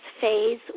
phase